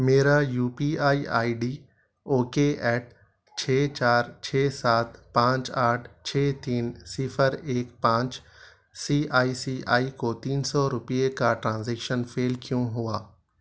میرا U P I I D okay at چھ چار چھ سات پانچ آٹھ چھ تین صفر ایک پانچ سی آئی سی آئی کو تین سو روپئے کا ٹرانزیکشن فیل کیوں ہوا